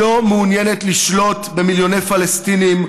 לא מעוניינת לשלוט במיליוני פלסטינים,